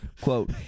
Quote